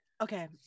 Okay